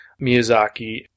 Miyazaki